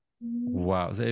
wow